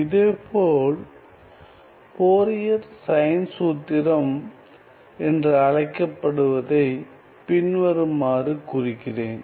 இதேபோல் Fourier sine சூத்திரம் என்று அழைக்கப்படுவதை பின்வருமாறு குறிக்கிறேன்